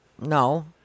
No